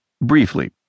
briefly